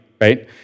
right